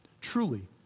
Truly